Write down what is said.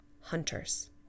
hunters